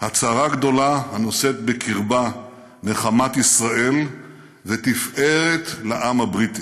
"ההצהרה הגדולה הנושאת בקרבה נחמת ישראל ותפארת לעם הבריטי".